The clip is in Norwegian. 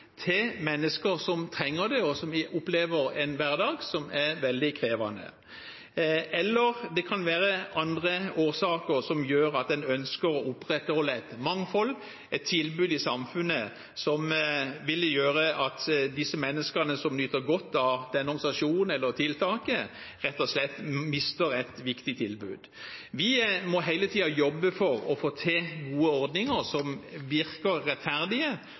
til mennesker som trenger det og opplever en veldig krevende hverdag, eller det kan være andre årsaker som gjør at en ønsker å opprettholde et mangfold, et tilbud i samfunnet som vil gjøre at disse menneskene som nyter godt av organisasjonen eller tiltaket, rett og slett ikke mister et viktig tilbud. Vi må hele tiden jobbe for å få til gode ordninger som virker rettferdige